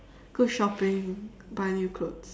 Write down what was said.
go shopping buy new clothes